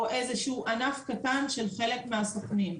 או איזשהו ענף קטן של חלק מהסוכנים.